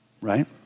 right